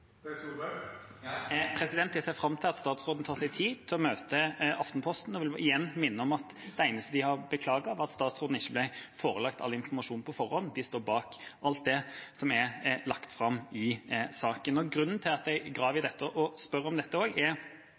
Jeg ser fram til at statsråden tar seg tid til å møte Aftenposten, og jeg vil igjen minne om at det eneste de beklaget, var at statsråden ikke ble forelagt all informasjon på forhånd – de står bak alt det som er lagt fram i saken. Grunnen til at jeg graver i dette og spør om